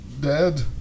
dead